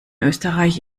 österreich